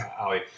Ali